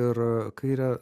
ir kairę